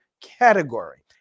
category